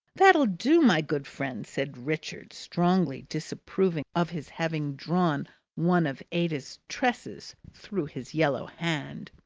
that'll do, my good friend! said richard, strongly disapproving of his having drawn one of ada's tresses through his yellow hand.